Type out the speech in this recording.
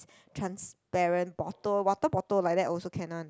transparent bottle water bottle like that also can one